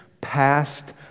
past